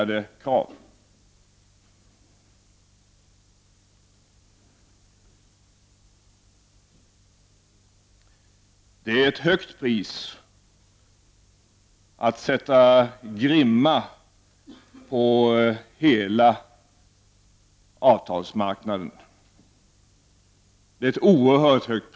Det är ett oerhört högt pris att sätta grimma på hela avtalsmarknaden.